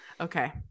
okay